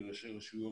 כראשי רשויות,